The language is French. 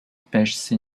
pech